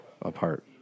apart